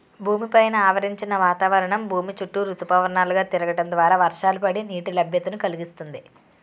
భూమి పైన ఆవరించిన వాతావరణం భూమి చుట్టూ ఋతుపవనాలు గా తిరగడం ద్వారా వర్షాలు పడి, నీటి లభ్యతను కలిగిస్తుంది